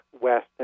west